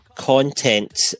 content